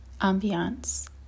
ambiance